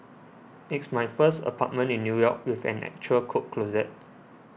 it's my first apartment in New York with an actual coat closet